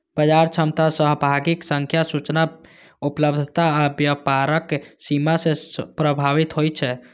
बाजार दक्षता सहभागीक संख्या, सूचना उपलब्धता आ व्यापारक सीमा सं प्रभावित होइ छै